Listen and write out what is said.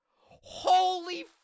holy